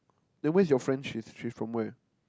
then where's your friend she she's from where